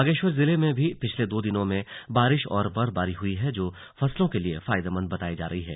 बागेश्वर जिले में भी पिछले दो दिनों में बारिश और बर्फबारी हुई है जो फसलों के लिए फायदेमंद बताई जा रही है